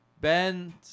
Ben